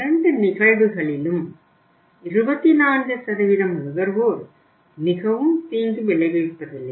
இரண்டு நிகழ்வுகளிலும் 24 நுகர்வோர் மிகவும் தீங்கு விளைவிப்பதில்லை